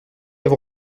vont